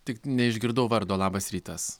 tik neišgirdau vardo labas rytas